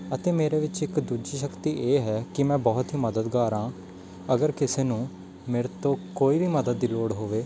ਅਤੇ ਮੇਰੇ ਵਿੱਚ ਇੱਕ ਦੂਜੀ ਸ਼ਕਤੀ ਇਹ ਹੈ ਕਿ ਮੈਂ ਬਹੁਤ ਹੀ ਮਦਦਗਾਰ ਹਾਂ ਅਗਰ ਕਿਸੇ ਨੂੰ ਮੇਰੇ ਤੋਂ ਕੋਈ ਵੀ ਮਦਦ ਦੀ ਲੋੜ ਹੋਵੇ